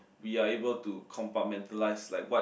we are able to compartmentalize like what